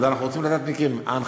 אנחנו רוצים לדעת מכם.